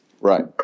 Right